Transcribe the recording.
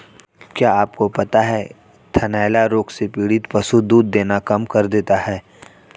क्या आपको पता है थनैला रोग से पीड़ित पशु दूध देना कम कर देता है?